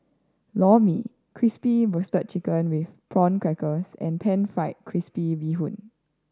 Lor Mee Crispy Roasted Chicken with Prawn Crackers and Pan Fried Crispy Bee Hoon